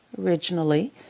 originally